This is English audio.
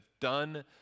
done